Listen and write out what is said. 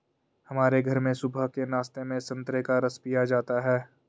हमारे घर में सुबह के नाश्ते में संतरे का रस पिया जाता है